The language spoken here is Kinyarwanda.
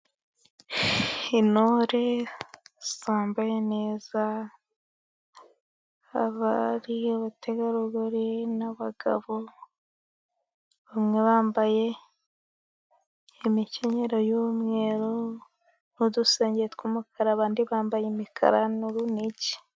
Intore zambaye neza abari, abategarugori n'abagabo, bamwe bambaye imikenyero y'umweru n'udusengeri tw'umukara, abandi bambaye imikara n'urunigi.